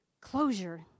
closure